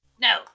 No